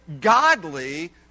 godly